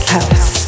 House